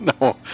No